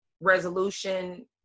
resolution